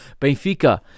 Benfica